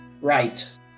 right